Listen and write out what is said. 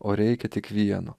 o reikia tik vieno